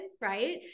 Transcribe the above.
right